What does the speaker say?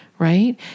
right